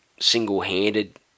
single-handed